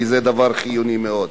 כי זה דבר חיוני מאוד.